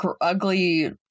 ugly